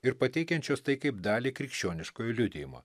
ir pateikiančios tai kaip dalį krikščioniškojo liudijimo